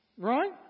Right